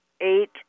Eight